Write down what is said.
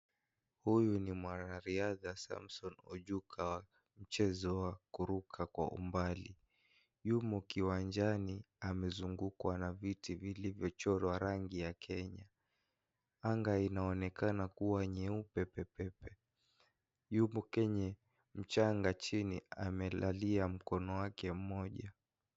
Huyu ni mwanariadha Samson Oyuka wa mchezo wa kuruka kwa umbali, yumo kiwanjani amezungukwa na viti vilivyochorwa rangi ya Kenya, anga inaonekana kuwa nyeupe pepepe, yupo kenye mchanga chini amelalia mkono wake mmoja.